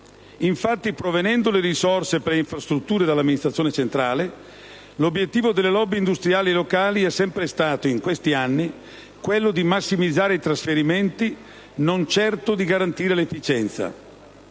Infatti, provenendo le risorse per le infrastrutture dall'amministrazione centrale, l'obiettivo delle *lobbies* industriali e locali è sempre stato, in questi anni, quello di massimizzare i trasferimenti, non certo di garantirne l'efficienza.